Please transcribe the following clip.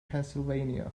pennsylvania